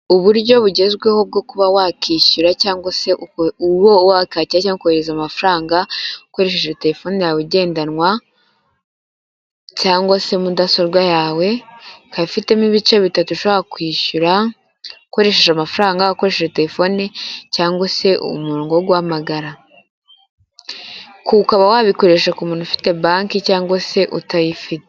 Uburyo bugezweho bwo kuba wakishyura cyangwa se uba wakakira cyangwa ukohereza amafaranga ukoresheje terefone yawe igendanwa cyangwa se mudasobwa yawe ikaba ifitemo ibice bitatu; ushobora kwishyura ukoresheje amafaranga, ukoresheje terefone cyangwa se umurongo wo guhamagara, ukaba wabikoresha ku muntu ufite banki cyangwa se utayifite.